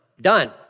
done